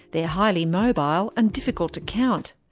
they're highly mobile and difficult to count.